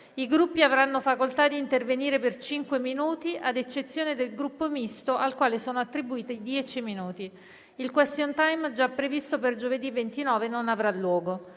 I Gruppi avranno facoltà di intervenire per cinque minuti, ad eccezione del Gruppo Misto, al quale sono attribuiti dieci minuti. Il *question time*, già previsto per giovedì 29, non avrà luogo.